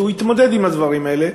שהתמודד עם הדברים האלה.